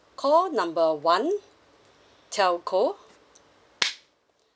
call number one telco